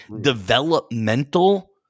developmental